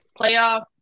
playoff